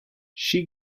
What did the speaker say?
she